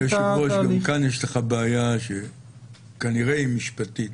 היושב-ראש,, כאן יש לך בעיה שכנראה היא משפטית,